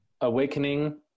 awakening